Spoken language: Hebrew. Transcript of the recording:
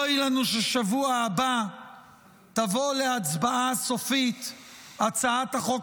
אוי לנו שבשבוע הבא תבוא להצבעה הסופית הצעת החוק